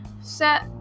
set